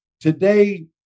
Today